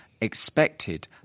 expected